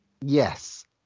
Yes